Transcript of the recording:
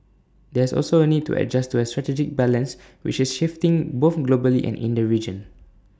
there is also A need to adjust to A strategic balance which is shifting both globally and in the region